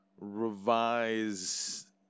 revise